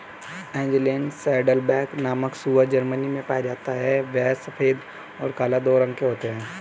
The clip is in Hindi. एंजेलन सैडलबैक नामक सूअर जर्मनी में पाया जाता है यह सफेद और काला दो रंगों में होता है